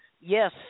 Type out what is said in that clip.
Yes